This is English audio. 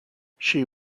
she